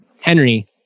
Henry